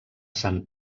sant